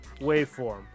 waveform